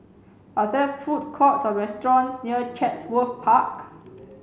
are there food courts or restaurants near Chatsworth Park